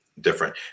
Different